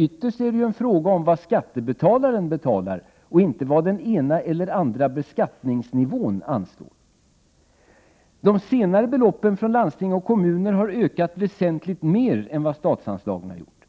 Ytterst är det en fråga om vad skattebetalarna erlägger, inte vad den ena och andra beskattningsnivån anslår. De senare beloppen har ökat väsentligt mer än vad statsanslagen gjort.